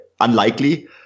unlikely